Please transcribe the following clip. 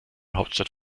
hauptstadt